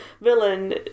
villain